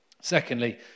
Secondly